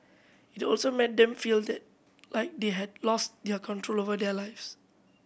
it also made them feel like they had lost their control over their lives